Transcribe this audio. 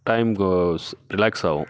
time goes relax ஆகும்